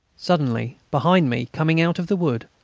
suddenly, behind me, coming out of the wood,